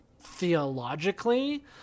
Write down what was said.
theologically